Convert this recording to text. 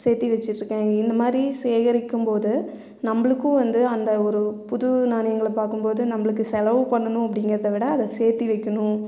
சேர்த்து வெச்சிட்டு இருக்கேன் இந்தமாதிரி சேகரிக்கும் போது நம்மளுக்கும் வந்து அந்த ஒரு புது நாணயங்களை பார்க்கும்போது நம்மளுக்கு செலவு பண்ணணும் அப்படிங்கிறத விட அதை சேத்து வைக்கணும்